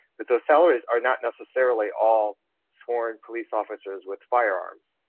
but the salaries are not necessarily all sworn police officers with firearms.